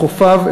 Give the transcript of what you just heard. את חופיו,